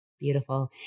beautiful